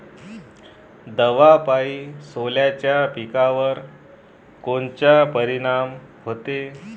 दवापायी सोल्याच्या पिकावर कोनचा परिनाम व्हते?